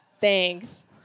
Thanks